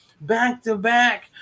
back-to-back